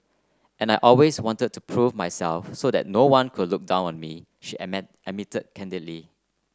and I always wanted to prove myself so that no one would look down on me she admit admitted candidly